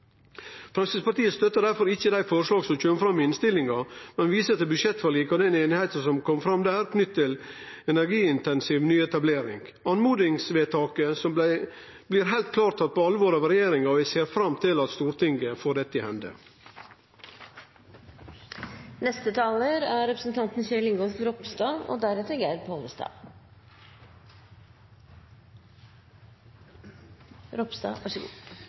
Framstegspartiet støttar difor ikkje dei forslaga som kjem fram i innstillinga, men viser til budsjettforliket og den einigheita som kom fram der, knytt til energiintensiv nyetablering. Oppmodingsvedtaket blir heilt klart tatt på alvor av regjeringa, og eg ser fram til at Stortinget får dette